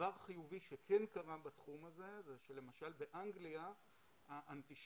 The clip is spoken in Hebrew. דבר חיובי שכן קר בתחום הזה הוא שלמשל באנגליה האנטישמיות